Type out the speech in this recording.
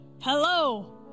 hello